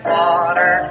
water